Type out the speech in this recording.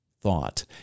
thought